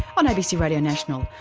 on abc radio national,